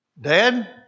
Dad